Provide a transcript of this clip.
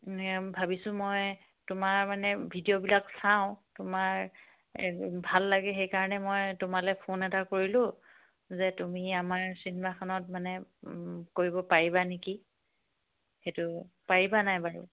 ভাবিছোঁ মই তোমাৰ মানে ভিডিঅ'বিলাক চাওঁ তোমাৰ ভাল লাগে সেইকাৰণে মই তোমালৈ ফোন এটা কৰিলোঁ যে তুমি আমাৰ চিনেমাখনত মানে কৰিব পাৰিবা নেকি সেইটো পাৰিবা নাই বাৰু